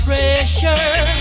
Pressure